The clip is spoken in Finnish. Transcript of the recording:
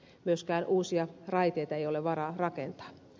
myöskään uusia raiteita ei ole varaa rakentaa